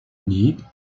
need